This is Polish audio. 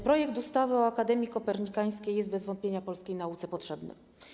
Projekt ustawy o Akademii Kopernikańskiej jest bez wątpienia polskiej nauce potrzebny.